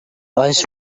lies